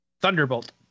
thunderbolt